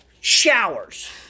showers